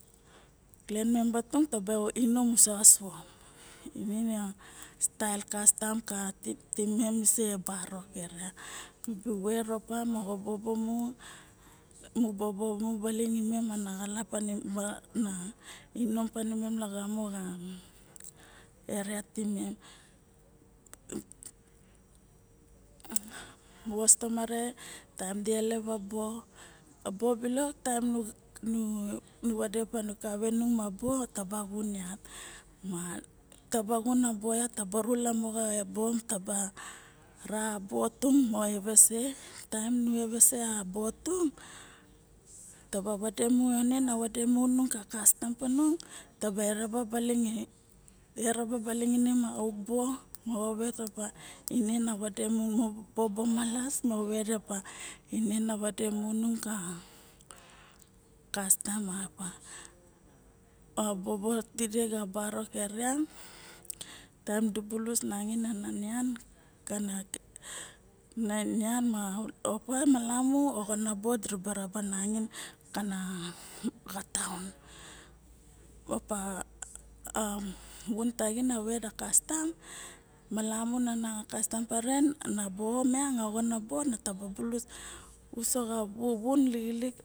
Clen mamaba tung taba inang isaro meng stael kastam ma tinimem barok mibu veropa moxo bobo mu, mu bobo mu baling imem moxo xalap ma inom tanimem ma erea tanimem ma vos tomare taem delep a bo, a bo balok taem nu vadepa kavenung ma bo taba xun yat ma taba xun a bo mian taba ru lamo xa bo taba ra taba evese taem nu evese a bo tung taba vade mu e one na vade mu nung ka kastam taba eraba baling ma auk bo moxo vet opa ine na vade mu nung ka kastam ma abobo tide mabu barok ke rean taim du bulus nangain ana nian kana na nian ma opa malamu oxona ba dira ba rabe na kana xataun mopa a vun taxin na vet kastam malamu na oxona bo diraba bulus uso xa bu pum laxilik